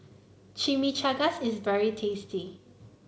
Chimichangas is very tasty